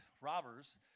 robbers